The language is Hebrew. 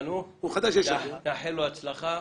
נאחל לו הצלחה.